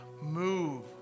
Move